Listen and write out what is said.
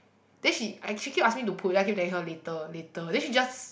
then she I keep asking me to put then I keep telling her later later then she just